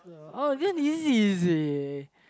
uh then easy easy